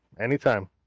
anytime